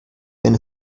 wenn